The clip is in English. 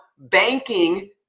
banking